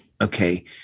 okay